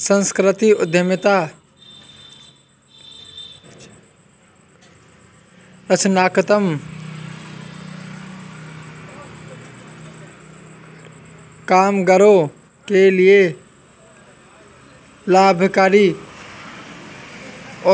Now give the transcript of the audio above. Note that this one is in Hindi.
संस्कृति उद्यमिता रचनात्मक कामगारों के लिए लाभकारी